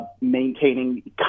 maintaining